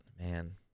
man